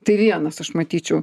tai vienas aš matyčiau